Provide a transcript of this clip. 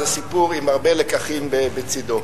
זה סיפור עם הרבה לקחים בצדו.